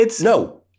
No